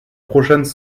prochaines